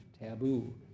taboo